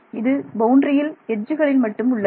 இது பவுண்டரியில் எட்ஜுகளில் மட்டுமே உள்ளது